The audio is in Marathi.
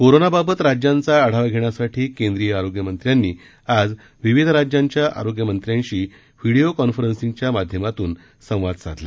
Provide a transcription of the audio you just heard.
कोरोनाबाबत राज्यांचा आ ावा घेण्यासाठी केंद्रीय आरोग्यमंत्र्यांनी आज विविध राज्यांच्या आरोग्यमंत्र्यांशी व्हीडीओ कॉन्फरन्सिंगच्या माध्यमातून संवाद साधला